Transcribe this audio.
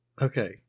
okay